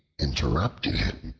interrupting him,